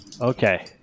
Okay